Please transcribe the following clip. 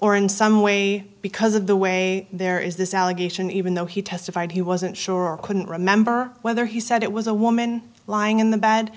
or in some way because of the way there is this allegation even though he testified he wasn't sure or couldn't remember whether he said it was a woman lying in the bad